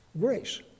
grace